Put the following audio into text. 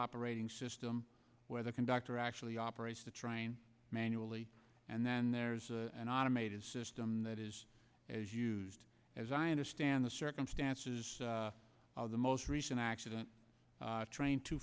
operating system where the conductor actually operates the train manually and then there's an automated system that is as used as i understand the circumstances of the most recent accident train to